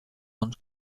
und